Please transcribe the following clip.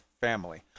family